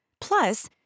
Plus